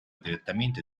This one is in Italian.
direttamente